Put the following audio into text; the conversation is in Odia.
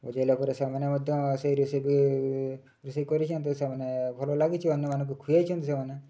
ବୁଝାଇଲା ପରେ ସେମାନେ ମଧ୍ୟ ସେହି ରେସିପି ରୋଷେଇ କରିଛନ୍ତି ସେମାନେ ଭଲ ଲାଗିଛି ଅନ୍ୟମାନଙ୍କୁ ଖୁଆଇଛନ୍ତି ସେମାନେ